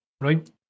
right